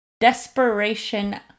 Desperation